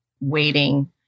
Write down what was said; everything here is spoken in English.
waiting